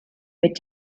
mit